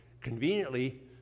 conveniently